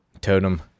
Totem